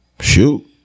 Shoot